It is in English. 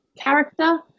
character